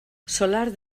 solar